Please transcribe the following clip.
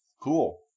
Cool